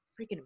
freaking